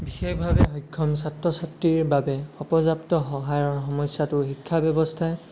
বিশেষভাৱে সক্ষম ছাত্ৰ ছাত্ৰীৰ বাবে অপৰ্যাপ্ত সহায়ৰ সমস্যাটো শিক্ষা ব্যৱস্থাই